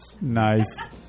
Nice